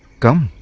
come